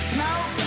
Smoke